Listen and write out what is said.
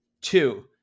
Two